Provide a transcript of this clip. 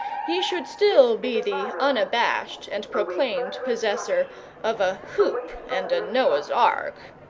he should still be the unabashed and proclaimed possessor of a hoop and a noah's ark.